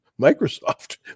Microsoft